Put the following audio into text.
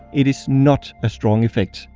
it is not a strong effect,